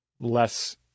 less